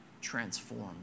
transformed